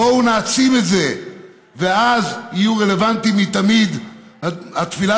בואו נעצים את זה ואז תהיה רלוונטית מתמיד התפילה